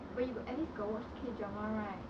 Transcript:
where you but at least got watch K drama right